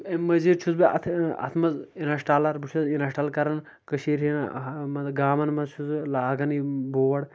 تہٕ امہِ مٔزیٖد چھُس بہٕ اتھ اتھ منٛز انسٹالر بہٕ چھُس انسٹال کران کٔشیٖرِ مطلب گامن منٛز چھُس بہٕ لاگان یِم بورڈ